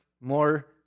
more